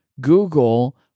Google